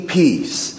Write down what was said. peace